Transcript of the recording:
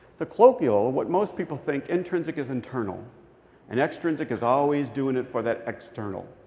the colloquial what most people think intrinsic is internal and extrinsic is always doing it for that external.